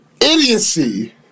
idiocy